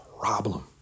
problem